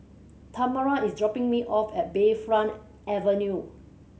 Tamara is dropping me off at Bayfront Avenue